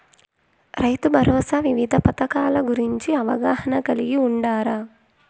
రైతుభరోసా వివిధ పథకాల గురించి అవగాహన కలిగి వుండారా?